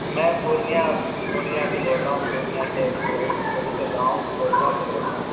میں پورنیہ پورنیہ سے بول رہا ہوں پورنیہ کے ایک ٹھو چھوٹے سے گاؤں بھوج گاؤں سے بول رہا ہوں